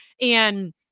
And-